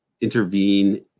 intervene